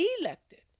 elected